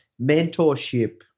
mentorship